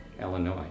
Illinois